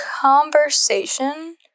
conversation